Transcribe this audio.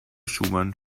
schumann